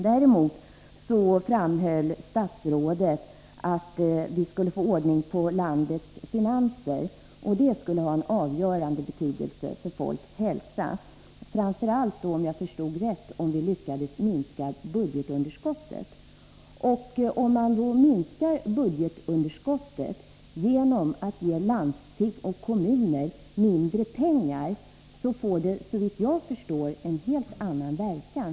Däremot framhöll statsrådet att vi måste få ordning på landets finanser och att det skulle kunna ha en avgörande betydelse för folks hälsa. Framför allt skulle det, om jag förstod rätt, vara av betydelse om vi lyckades minska budgetunderskottet. Om man då minskar budgetunderskottet genom att ge landsting och kommuner mindre pengar, får det såvitt jag förstår en helt annan verkan.